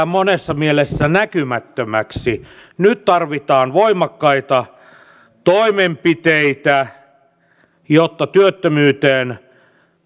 monessa mielessä näkymättömäksi nyt tarvitaan voimakkaita toimenpiteitä jotta työttömyyteen